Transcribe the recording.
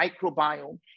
microbiome